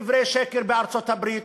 דברי שקר, בארצות-הברית.